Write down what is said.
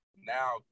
now